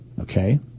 Okay